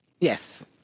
Yes